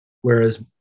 Whereas